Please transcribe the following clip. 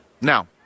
Now